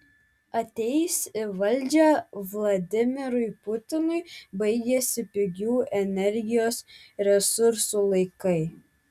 atėjus į valdžią vladimirui putinui baigėsi pigių energijos resursų laikai